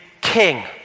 king